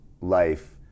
life